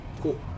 Cool